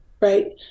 right